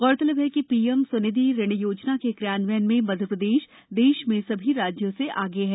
उल्लेखनीय है कि पीएम स्व निधि ऋण योजना के क्रियान्वयन में मध्यप्रदेश देश में सभी राज्यों से आगे है